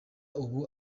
ubu